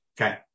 Okay